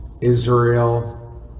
Israel